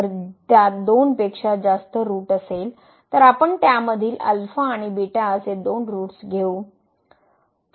जर त्यात दोनपेक्षा जास्त ऋट असेल तर आपण त्यामधील अल्फा आणि बीटा असे दोन ऋटस घेऊ